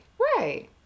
Right